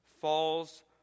falls